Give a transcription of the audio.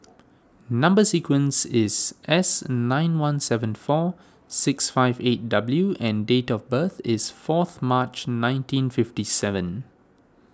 Number Sequence is S nine one seven four six five eight W and date of birth is fourth March nineteen fifty seven